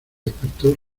despertó